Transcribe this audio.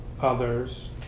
others